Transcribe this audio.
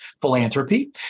philanthropy